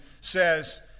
says